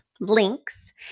links